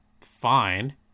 fine